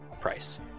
price